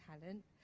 talent